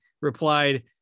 replied